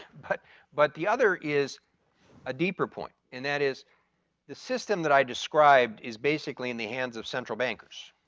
but but the other is a deeper point. and that is the system that i described is basically in the hands of central bankers.